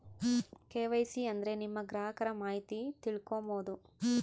KYC ಅಂದ್ರೆ ನಿಮ್ಮ ಗ್ರಾಹಕರ ಮಾಹಿತಿ ತಿಳ್ಕೊಮ್ಬೋದು